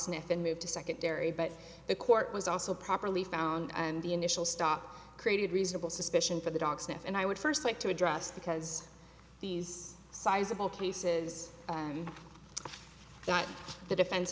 sniffin move to secondary but the court was also properly found and the initial stock created reasonable suspicion for the dog sniff and i would first like to address because these sizeable cases that the defense